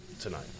tonight